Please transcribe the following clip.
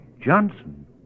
Johnson